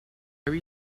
very